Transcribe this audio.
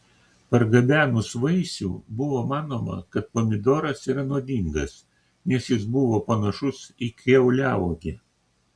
pargabenus vaisių buvo manoma kad pomidoras yra nuodingas nes jis buvo panašus į kiauliauogę